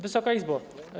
Wysoka Izbo!